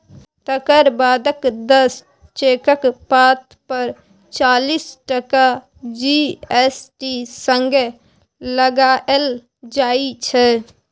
तकर बादक दस चेकक पात पर चालीस टका जी.एस.टी संगे लगाएल जाइ छै